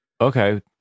Okay